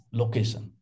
location